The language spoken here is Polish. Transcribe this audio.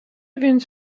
więc